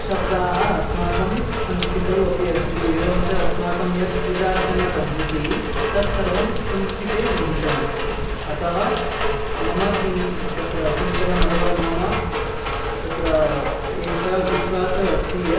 शब्दाः अस्माकं संस्कृतौ अपि अस्ति एवं च अस्माकं यत् पूजार्चनपद्धतिः तत्सर्वं संस्कृते निहितमस्ति अतः मम चिन्त् तत्र चिन्तनम् अथवा मम तत्र एषः विश्वासः अस्ति यत्